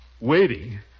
Waiting